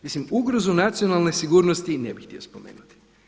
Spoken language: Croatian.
Mislim ugrozu nacionalne sigurnost ne bih htio spomenuti.